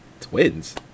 Twins